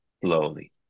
slowly